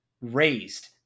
raised